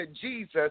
Jesus